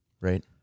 Right